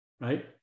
right